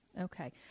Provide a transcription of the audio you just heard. Okay